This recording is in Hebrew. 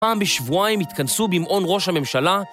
פעם בשבועיים התכנסו במעון ראש הממשלה